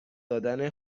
دادن